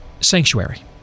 sanctuary